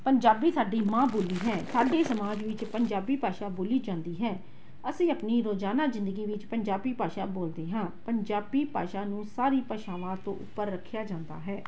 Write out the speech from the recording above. ਪੰਜਾਬੀ ਸਾਡੀ ਮਾਂ ਬੋਲੀ ਹੈ ਸਾਡੇ ਸਮਾਜ ਵਿੱਚ ਪੰਜਾਬੀ ਭਾਸ਼ਾ ਬੋਲੀ ਜਾਂਦੀ ਹੈ ਅਸੀਂ ਆਪਣੀ ਰੋਜ਼ਾਨਾ ਜ਼ਿੰਦਗੀ ਵਿੱਚ ਪੰਜਾਬੀ ਭਾਸ਼ਾ ਬੋਲਦੇ ਹਾਂ ਪੰਜਾਬੀ ਭਾਸ਼ਾ ਨੂੰ ਸਾਰੀ ਭਾਸ਼ਾਵਾਂ ਤੋਂ ਉੱਪਰ ਰੱਖਿਆ ਜਾਂਦਾ ਹੈ